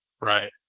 Right